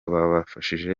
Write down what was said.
babafashije